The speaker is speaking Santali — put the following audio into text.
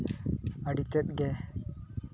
ᱟᱹᱰᱤ ᱛᱮᱫ ᱜᱮ